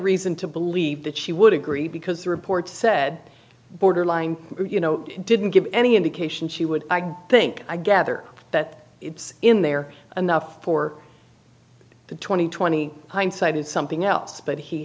g to believe that she would agree because the report said borderline you know didn't give any indication she would think i gather that it's in there enough for the twenty twenty hindsight is something else but he